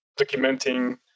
documenting